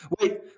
Wait